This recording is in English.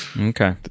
Okay